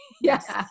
Yes